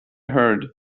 heard